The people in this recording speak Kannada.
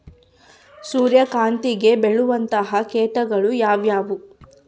ಸೂರ್ಯಕಾಂತಿಗೆ ಬೇಳುವಂತಹ ಕೇಟಗಳು ಯಾವ್ಯಾವು?